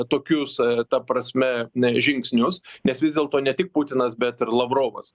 tokius ta prasme žingsnius nes vis dėlto ne tik putinas bet ir lavrovas